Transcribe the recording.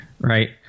right